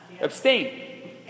Abstain